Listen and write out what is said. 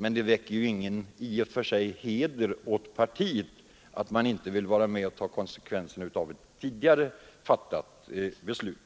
men det hedrar ju på intet sätt moderata samlingspartiet att man inte vill ta konsekvenserna av tidigare fattade beslut.